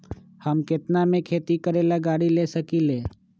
हम केतना में खेती करेला गाड़ी ले सकींले?